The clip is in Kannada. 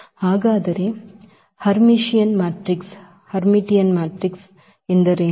ಹಾಗಾದರೆ ಹರ್ಮಿಟಿಯನ್ ಮ್ಯಾಟ್ರಿಕ್ಸ್ ಎಂದರೇನು